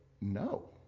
no